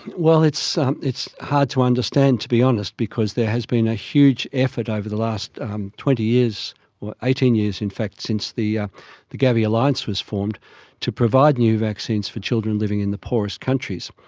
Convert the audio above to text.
well, it's um it's hard to understand, to be honest, because there has been a huge effort over the last twenty years or eighteen years in fact since the ah the gavi alliance was formed to provide new vaccines for children living in the poorest countries.